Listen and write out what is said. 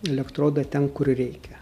elektrodą ten kur reikia